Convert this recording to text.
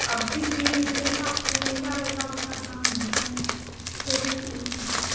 अब देखिए जैसा फूल हैगा वैसा उसका दाम भी है लेकिन उसमे